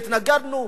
הרי התנגדנו.